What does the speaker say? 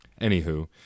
anywho